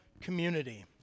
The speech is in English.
community